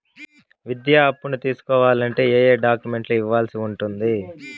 విద్యా అప్పును తీసుకోవాలంటే ఏ ఏ డాక్యుమెంట్లు ఇవ్వాల్సి ఉంటుంది